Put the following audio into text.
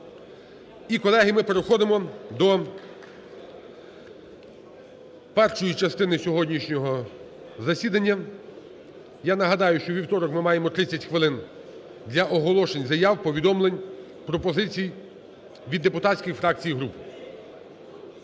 І, колеги, ми переходимо до першої частини сьогоднішнього засідання. Я нагадаю, що у вівторок ми маємо 30 хвилин для оголошень заяв, повідомлень, пропозицій від депутатських фракцій і груп.